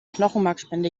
knochenmarkspende